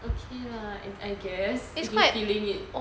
okay lah I guess if you feeling it